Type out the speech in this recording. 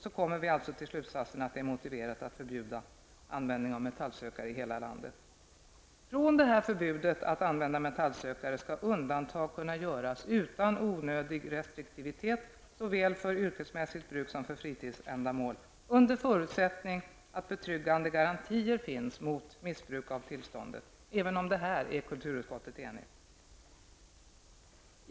Så kommer vi alltså till slutsatsen att det är motiverat att förbjuda användningen av metallsökare i hela landet. Från förbudet att använda metallsökare skall undantag kunna göras utan onödig restriktivitet för såväl yrkesmässigt bruk som för fritidsändamål, under förutsättning att betryggande garantier finns mot missbruk av tillståndet. Även om detta är kulturutskottet enigt.